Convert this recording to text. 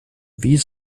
wie